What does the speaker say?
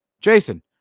Jason